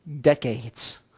decades